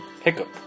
Hiccup